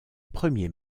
premier